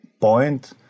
point